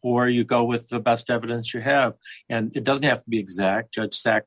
or you go with the best evidence you have and it doesn't have to be exact just sack